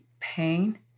pain